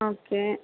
okay